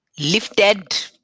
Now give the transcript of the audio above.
lifted